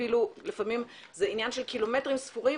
אפילו לפעמים זה עניין של קילומטרים ספורים,